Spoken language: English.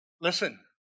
Listen